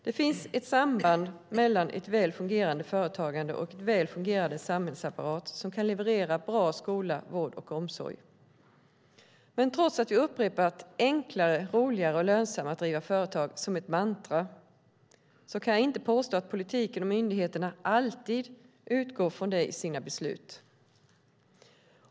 Det finns ett samband mellan ett väl fungerande företagande och en väl fungerande samhällsapparat som kan leverera bra skola, vård och omsorg. Men trots att vi upprepat att det ska vara enklare, roligare och lönsammare att driva företag - som ett mantra - kan jag inte påstå att politiken och myndigheterna alltid utgår från det i sina beslut.